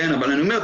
אבל אני אומר,